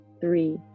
three